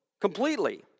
Completely